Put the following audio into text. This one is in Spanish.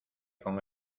con